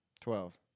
Twelve